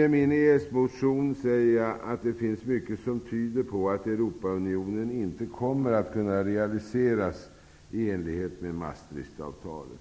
I min EES-motion säger jag: ''Det finns mycket som tyder på att Europaunionen inte kommer att kunna realiseras i enlighet med Maastrichtavtalet.